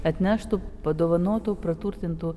atneštų padovanotų praturtintų